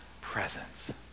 presence